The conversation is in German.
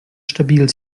stabil